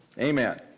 Amen